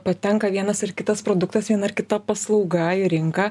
patenka vienas ar kitas produktas viena ar kita paslauga į rinką